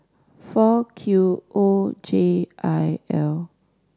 four Q O J I L